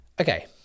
Okay